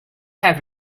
have